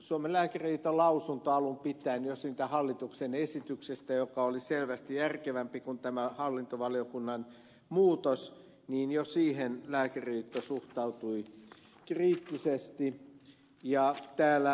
suomen lääkäriliitto suhtautui lausunnossaan alun pitäen kriittisesti jo siihen hallituksen esityksekseen joka oli selvästi järkevämpi kuin tämä hallintovaliokunnan muutos niin jos siihen lääkäriliitto suhtautui kriittisesti ja täällä ed